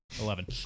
Eleven